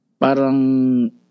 parang